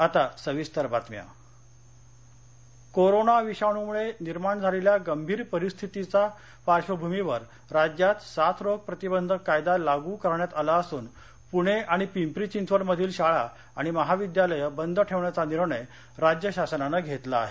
शाळा बंद कोरोना विषाणुमुळे निर्माण झालेल्या गंभीर परिस्थितीच्या पार्श्वभूमीवर राज्यात साथ रोग प्रतिबंधक कायदा लागू करण्यात आला असून पुणे आणि पिंपरी चिंचवडमधील शाळा आणि महाविद्यालयं बंद ठेवण्याचा निर्णय राज्य शासनानं घेतला आहे